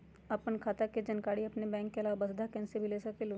आपन खाता के जानकारी आपन बैंक के आलावा वसुधा केन्द्र से भी ले सकेलु?